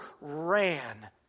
ran